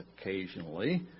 occasionally